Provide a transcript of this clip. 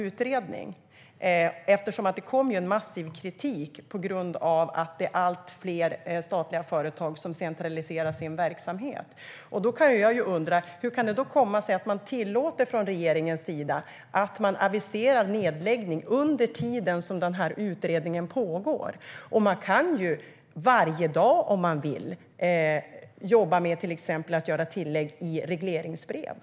Eftersom det kom massiv kritik på grund av att allt fler statliga företag centraliserar sin verksamhet tillsatte ni en utredning. Problemet som jag undrar över är då: Hur kan det komma sig att regeringen tillåter att man aviserar nedläggning under den tid som utredningen pågår? Om man vill kan man jobba varje dag med att göra tillägg i regleringsbrev.